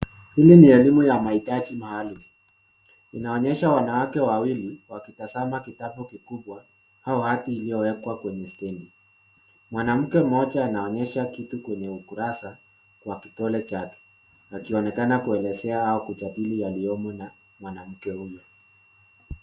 Hili ni elimu ya mahitaji maalum inaoneysha wanawake wawili wakitazama kitabu kikubwa au hati iliyowekwa kwenye stendi. Mwanamke mmoja anaonyesha kitu kwenye ukarasa kwa kidole chake akionekana kuelezea au kujadili yaliyomo na mwanamke huyu.